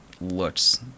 looks